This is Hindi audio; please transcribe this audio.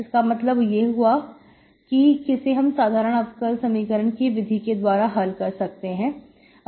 इसका मतलब यह हुआ कि किसे हम साधारण अवकल समीकरण की विधि के द्वारा हल कर सकते हैं